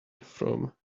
from